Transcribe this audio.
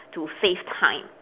to save time